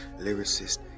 Lyricist